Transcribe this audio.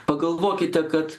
pagalvokite kad